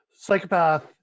psychopath